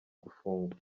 gufungwa